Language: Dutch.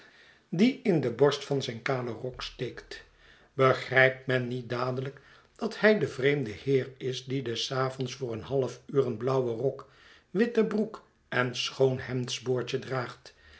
die in de borst van zijn kalen rok steekt begrijpt men niet dadelijk dat hij de vreemde heer is die des avonds voor een half uur een blauwen rok witte broek en schoon hemdsboordje draagt